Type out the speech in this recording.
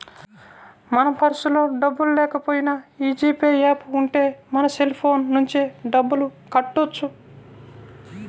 మన పర్సులో డబ్బుల్లేకపోయినా యీ జీ పే యాప్ ఉంటే మన సెల్ ఫోన్ నుంచే డబ్బులు కట్టొచ్చు